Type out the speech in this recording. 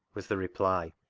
was the reply.